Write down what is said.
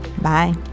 Bye